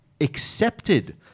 accepted